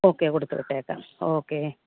okay കൊടുത്തു വിട്ടേക്കാം okay